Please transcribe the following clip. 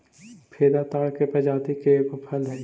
फेदा ताड़ के प्रजाति के एगो फल हई